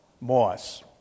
moss